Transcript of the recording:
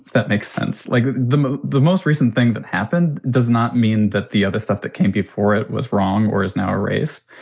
that makes sense, like the the most recent thing that happened does not mean that the other stuff that came before it was wrong or is now a race.